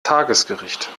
tagesgericht